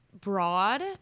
broad